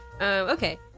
Okay